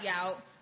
out